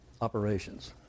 operations